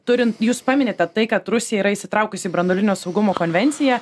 turint jūs paminite tai kad rusija yra įsitraukusi branduolinio saugumo konvencija